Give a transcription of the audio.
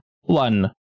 one